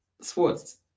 sports